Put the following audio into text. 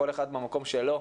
כל אחד מהמקום שלו,